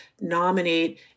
nominate